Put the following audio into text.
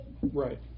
Right